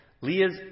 Leah's